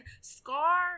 scar